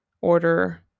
order